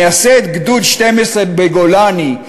מייסד גדוד 12 בגולני,